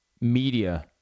media